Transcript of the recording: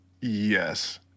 Yes